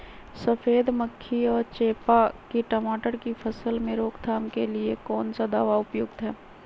सफेद मक्खी व चेपा की टमाटर की फसल में रोकथाम के लिए कौन सा दवा उपयुक्त है?